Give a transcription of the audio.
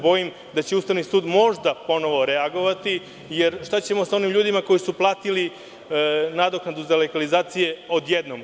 Bojim se da će Ustavni sud možda ponovo reagovati, jer šta ćemo sa onim ljudima koji su platili nadoknadu za legalizaciju odjednom.